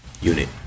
Unit